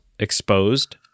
Exposed